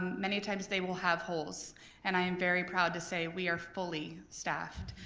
many times they will have holes and i am very proud to say we are fully staffed.